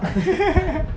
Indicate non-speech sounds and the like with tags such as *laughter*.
*laughs*